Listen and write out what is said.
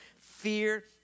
fear